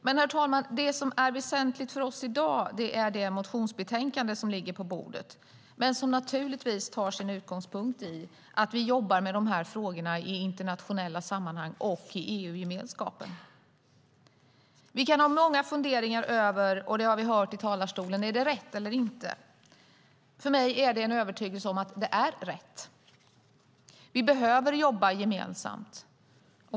Men, herr talman, det som är väsentligt för oss i dag är det motionsbetänkande som ligger på bordet och som naturligtvis tar sin utgångspunkt i att vi jobbar med de här frågorna i internationella sammanhang och i EU-gemenskapen. Vi kan ha många funderingar om det är rätt eller inte; det har vi hört i talarstolen. Jag har en övertygelse om att det är rätt. Vi behöver jobba gemensamt.